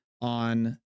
on